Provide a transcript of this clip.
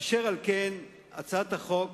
אשר על כן, הצעת החוק